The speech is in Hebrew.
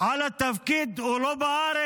על התפקיד, הוא לא בארץ.